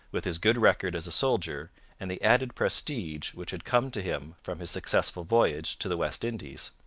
with his good record as a soldier and the added prestige which had come to him from his successful voyage to the west indies.